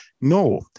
No